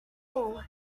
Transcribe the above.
wow